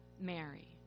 Mary